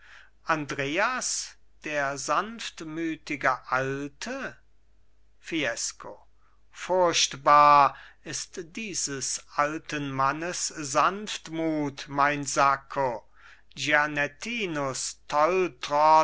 andreas der sanftmütige alte fiesco furchtbar ist dieses alten mannes sanftmut mein sacco